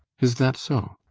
is that so?